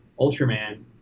Ultraman